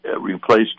replace